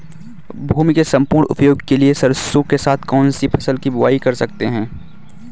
भूमि के सम्पूर्ण उपयोग के लिए सरसो के साथ कौन सी फसल की बुआई कर सकते हैं?